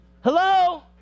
Hello